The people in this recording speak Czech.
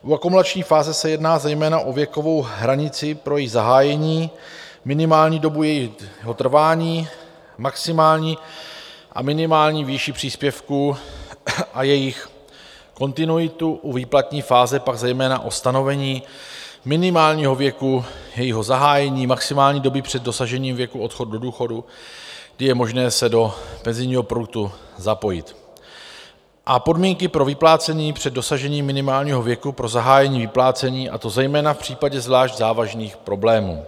U akumulační fáze se jedná zejména o věkovou hranici pro její zahájení, minimální dobu jejího trvání, maximální a minimální výši příspěvků a jejich kontinuitu, u výplatní fáze pak zejména o stanovení minimálního věku jejího zahájení, maximální doby před dosažením věku odchodu do důchodu, kdy je možné se do penzijního produktu zapojit, a podmínky pro vyplácení před dosažením minimálního věku pro zahájení vyplácení, a to zejména v případě zvlášť závažných problémů.